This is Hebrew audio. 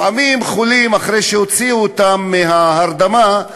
לפעמים חולים, אחרי שהוציאו אותם מההרדמה,